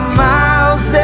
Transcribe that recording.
miles